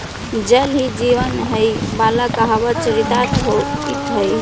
जल ही जीवन हई वाला कहावत चरितार्थ होइत हई